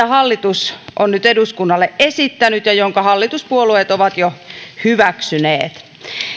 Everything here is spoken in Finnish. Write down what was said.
hallitus on nyt eduskunnalle esittänyt ja jonka hallituspuolueet ovat jo hyväksyneet